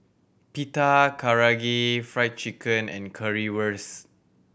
Pita Karaage Fried Chicken and Currywurst